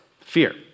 Fear